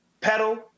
Pedal